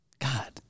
God